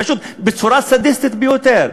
פשוט בצורה סדיסטית ביותר,